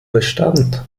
bestand